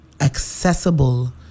accessible